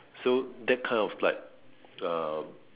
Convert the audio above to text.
so that kind of like uh